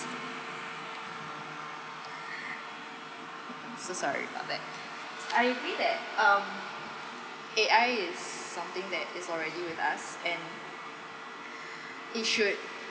I'm so sorry about that I agree that um A_I is something that is already with us and it should